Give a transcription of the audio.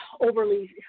overly